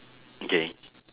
okay